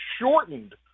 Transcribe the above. shortened